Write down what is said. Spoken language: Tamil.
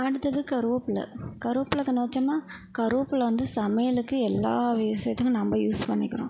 அடுத்தது கருவப்பில்லை கருவப்பில்லை கன்று வச்சோம்னா கருவப்பில்லை வந்து சமையலுக்கு எல்லாம் விஷயத்துக்கும் நம்ப யூஸ் பண்ணிக்கிறோம்